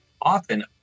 often